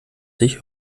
sich